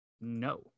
no